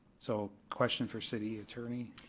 so, question for city attorney's